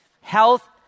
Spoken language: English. health